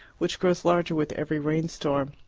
which grows larger with every rain-storm.